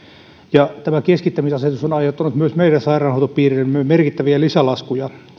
ja tämän keskittämisasetuksen etupainoinen toteuttaminen on aiheuttanut myös meidän sairaanhoitopiiriimme merkittäviä lisälaskuja